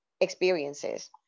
experiences